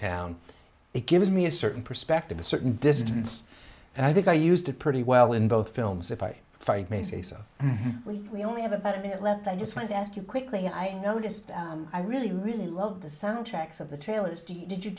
town it gives me a certain perspective a certain distance and i think i used to pretty well in both films if i may say so we only have a minute left i just want to ask you quickly i noticed i really really love the soundtracks of the trailers do you